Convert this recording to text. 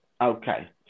Okay